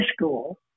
school